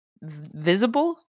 visible